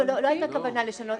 לא הייתה כוונה לשנות.